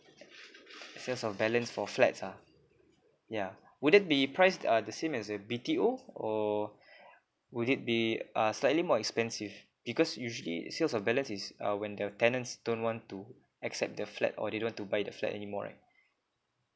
sales of balance for flats ah yeah would it be price are the same as a B_T_O or would it be uh slightly more expensive because usually sales of balance is err when the tenants don't want to accept the flat or they don't want to buy the flat anymore right